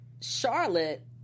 Charlotte